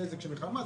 נזק של מלחמה,